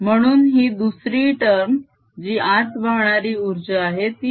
म्हणून ही दुसरी टर्म जी आत वाहणारी उर्जा आहे ती 0 आहे